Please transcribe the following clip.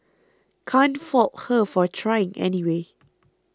can't fault her for trying anyway